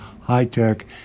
high-tech